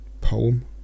poem